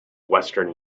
western